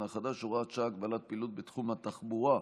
החדש (הוראת שעה) (הגבלת פעילות בתחום התחבורה)